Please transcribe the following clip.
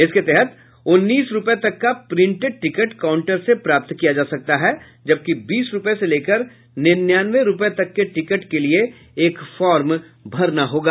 इसके तहत उन्नीस रूपये तक का प्रिंटेड टिकट काउंटर से प्राप्त किया जा सकता हैं जबकि बीस रूपये से लेकर निन्यानवे रूपये तक के टिकट के लिये एक फॉर्म भरना होगा